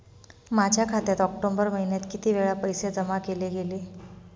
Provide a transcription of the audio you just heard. माझ्या खात्यात ऑक्टोबर महिन्यात किती वेळा पैसे जमा केले गेले?